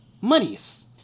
monies